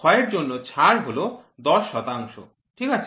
ক্ষয়ের জন্য ছাড় হল ১০ শতাংশ ঠিক আছে